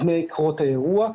קרות האירוע,